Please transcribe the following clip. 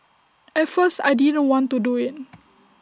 at first I didn't want to do IT